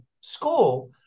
school